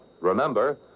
Remember